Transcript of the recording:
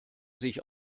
sich